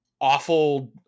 awful